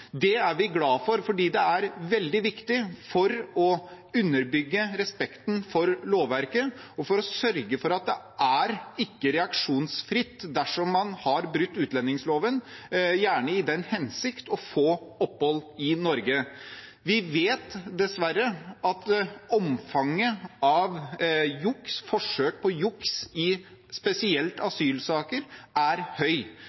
Det er vi glade for, for det er veldig viktig for å underbygge respekten for lovverket og for å sørge for at det ikke er reaksjonsfritt dersom man har brutt utlendingsloven, gjerne i den hensikt å få opphold i Norge. Vi vet dessverre at omfanget av juks, forsøk på juks, i spesielt